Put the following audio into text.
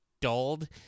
dulled